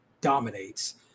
dominates –